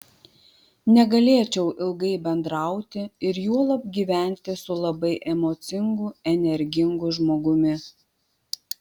negalėčiau ilgai bendrauti ir juolab gyventi su labai emocingu energingu žmogumi